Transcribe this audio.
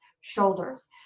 shoulders